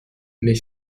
mais